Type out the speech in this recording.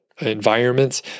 environments